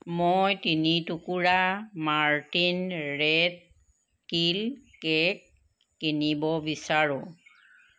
মই তিনি টুকুৰা মৰ্টিন ৰেট কিল কে'ক কিনিব বিচাৰো